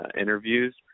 interviews